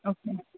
okay